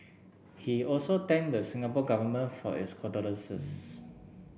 he also thanked the Singapore Government for its condolences